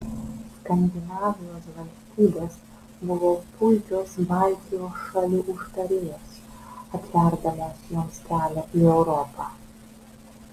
skandinavijos valstybės buvo puikios baltijos šalių užtarėjos atverdamos joms kelią į europą